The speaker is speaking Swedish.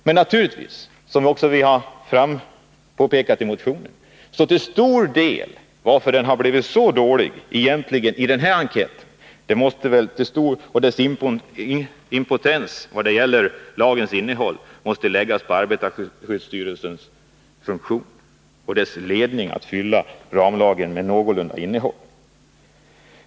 Men ansvaret för att lagen blivit så dålig och impotent som resultatet av enkäten visar måste, som vi har påpekat i motionen, till stor del läggas på arbetarskyddsstyrelsen. Den och dess ledning har misslyckats med att fylla ramlagen med ett innehåll.